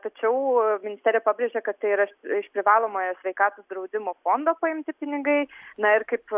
tačiau ministerija pabrėžia kad tai yra iš privalomojo sveikatos draudimo fondo paimti pinigai na ir kaip